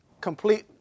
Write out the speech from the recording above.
complete